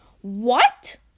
What